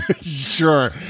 Sure